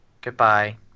Goodbye